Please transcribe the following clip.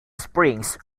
springs